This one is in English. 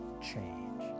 change